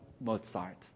Mozart